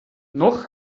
noch